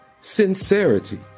sincerity